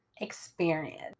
experience